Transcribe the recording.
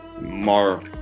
more